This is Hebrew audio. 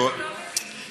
אנחנו לא מבינים.